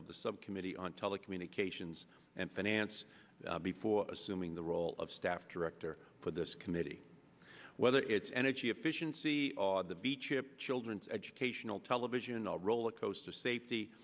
of the subcommittee on telecommunications and finance before assuming the role of staff director for this committee whether it's energy efficiency the v chip children's educational television rollercoaster safety